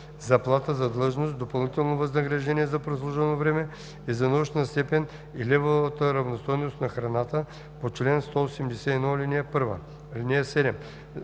заплата за длъжност, допълнително възнаграждение за прослужено време и за научна степен и левовата равностойност на храната по чл. 181, ал. 1.